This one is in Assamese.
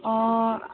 অঁ